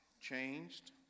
changed